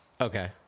Okay